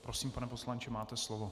Prosím, pane poslanče, máte slovo.